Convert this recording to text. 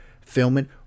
filming